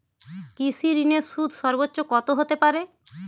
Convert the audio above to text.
কৃষিঋণের সুদ সর্বোচ্চ কত হতে পারে?